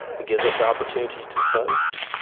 it gives us the opportunity to vote.